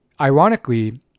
Ironically